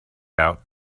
out